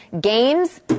Games